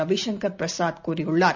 ரவி சங்கர் பிரசாத் கூறியுள்ளார்